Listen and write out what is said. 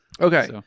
Okay